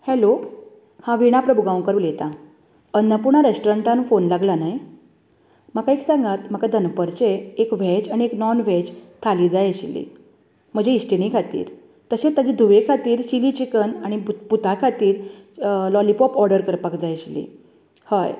hello हांव विणा प्रभूगांवकर उलयतां Annapurna रॅस्टोरंटांत phone लागला न्हय म्हाका एक सांगात म्हाका दनपारचें एक व्हेज आनी एक नॉनव्हेज थाली जाय आशिल्ली म्हजे इश्टीणी खातीर तशेंच ताचे धुवे खातीर चिली चिकन आनी पुता खातीर लॉलिपॉप ऑर्डर करपाक जाय आशिल्ले हय